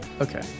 Okay